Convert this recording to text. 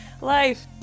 life